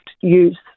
use